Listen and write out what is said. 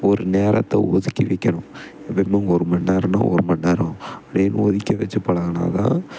ஒரு நேரத்தை ஒதுக்கி வைக்கணும் தினமும் ஒரு மணி நேரம்னால் ஒரு மணி நேரம் அப்படின்னு ஒதுக்கி வச்சு பழகுனாதான்